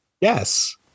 Yes